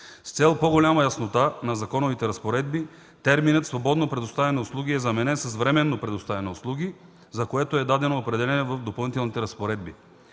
С цел по-голяма яснота на законовите разпоредби терминът „свободно предоставяне на услуги” е заменен с „временно предоставяне на услуги”, за което е дадено определение в Допълнителните разпоредби.